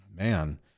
man